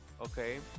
Okay